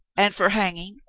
and for hanging,